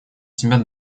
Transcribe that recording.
тебя